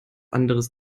anderes